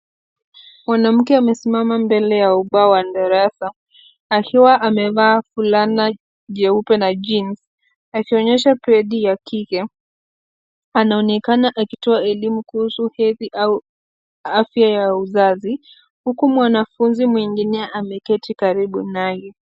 Mwanammke amesimama mbele ya ubao wa darasa. Akiwa amevaa fulana jeupe na jeans . Akionyesha pedi ya kike, anaonekana akitoa elimu kuhusu hedhi au afya ya uzazi. Huku mwanafunzi mwengine ameketi karibu naye.